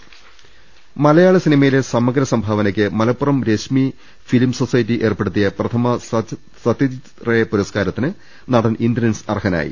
രദേവ്ടെഴ മലയാള സിനിമയിലെ സമഗ്ര സംഭാവനക്ക് മലപ്പുറം രശ്മി ഫിലിം സൊസൈറ്റി ഏർപ്പെടുത്തിയ പ്രഥമ സത്യജിത് റേ പുരസ്കാരത്തിന് നടൻ ഇന്ദ്രൻസ് അർഹനായി